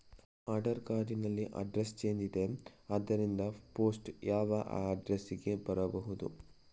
Aadhaar card ನಲ್ಲಿ address change ಇದೆ ಆದ್ದರಿಂದ ಪೋಸ್ಟ್ ಯಾವ ಅಡ್ರೆಸ್ ಗೆ ಬರಬಹುದು?